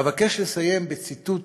אבקש לסיים בציטוט